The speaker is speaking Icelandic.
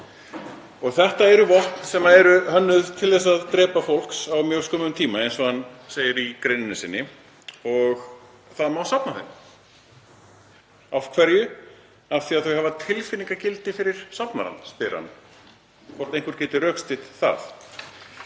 Þetta eru vopn sem eru hönnuð til þess að drepa fólk á mjög skömmum tíma, eins og hann segir í greininni, og það má safna þeim. Af hverju? Af því að þau hafa tilfinningalegt gildi fyrir safnarann? spyr hann og hvort einhver geti rökstutt það.